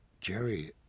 jerry